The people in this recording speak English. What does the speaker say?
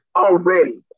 already